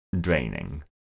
draining